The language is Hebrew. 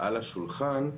על השולחן,